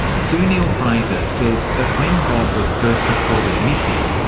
sue neill-fraser says that when bob was first reported missing,